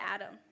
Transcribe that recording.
Adam